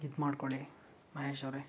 ಇದು ಮಾಡ್ಕೊಳ್ಳಿ ಮಹೇಶ್ ಅವರೆ